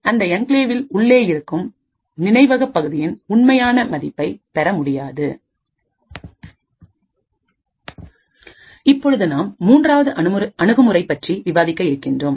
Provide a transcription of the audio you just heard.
அந்த என்கிளேவின் உள்ளே இருக்கும் நினைவாக பகுதியின் உண்மையான மதிப்பை பெற முடியாது இப்பொழுது நாம் மூன்றாவது அணுகுமுறை பற்றி விவாதிக்க இருக்கின்றோம்